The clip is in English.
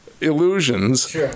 illusions